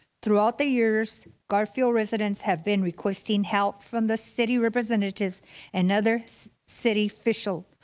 throughout the years, garfield residents have been requesting help from the city representatives and other city officials,